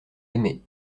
aimés